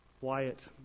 Wyatt